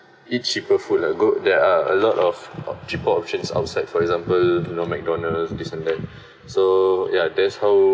eat cheaper food lah go there are a lot of of cheaper options outside for example you know mcdonald's this and that so yeah that's how